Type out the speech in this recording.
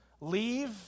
Leave